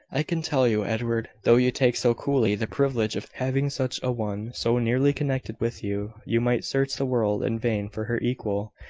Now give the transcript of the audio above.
i can tell you, edward, though you take so coolly the privilege of having such a one so nearly connected with you, you might search the world in vain for her equal.